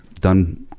done